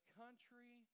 country